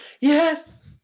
Yes